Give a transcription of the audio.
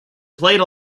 played